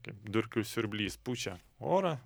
kaip durkių siurblys pučia orą